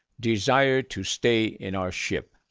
desire to stay in our ship.